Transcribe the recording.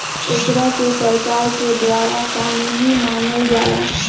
एकरा के सरकार के द्वारा कानूनी मानल जाला